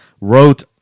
Wrote